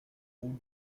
route